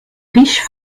riche